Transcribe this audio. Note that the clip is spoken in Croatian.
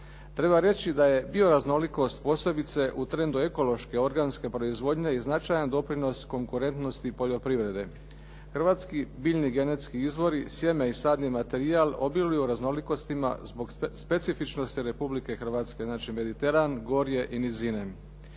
Treba reći da je bioraznolikost posebice u trendu ekološke organske proizvodnje i značajan doprinos konkurentnosti poljoprivrede. Hrvatski biljni genetski izvori, sjeme i sadni materijal obiluju raznolikostima zbog specifičnosti Republike Hrvatske, znači Mediteran, gorje i nizine.